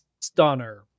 stunner